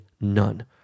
none